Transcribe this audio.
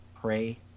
pray